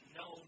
no